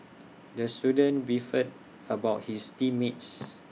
the student beefed about his team mates